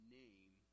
name